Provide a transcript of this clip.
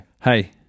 Hey